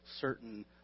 certain